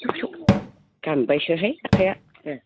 दानबायसोहाय अखाया